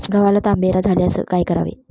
गव्हाला तांबेरा झाल्यास काय करावे?